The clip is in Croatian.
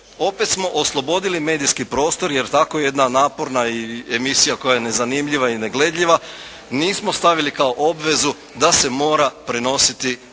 opet smo oslobodili medijski prostor jer tako jedna naporna emisija koja je nezanimljiva i negledljiva nismo stavili kao obvezu da se mora prenositi i